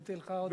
נתתי לך עוד,